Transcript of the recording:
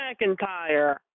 McIntyre